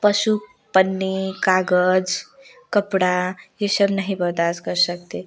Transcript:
पशु पन्नी कागज़ कपड़ा ये सब नही बर्दाश्त कर सकते